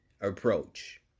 approach